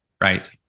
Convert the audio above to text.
Right